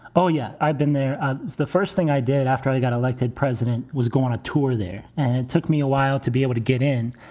oh, yeah, i've been there. ah the first thing i did after i got elected president was going to tour there. and it took me a while to be able to get in.